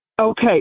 Okay